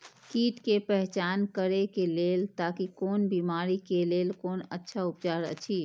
कीट के पहचान करे के लेल ताकि कोन बिमारी के लेल कोन अच्छा उपचार अछि?